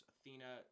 Athena